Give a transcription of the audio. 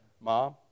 mom